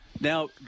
Now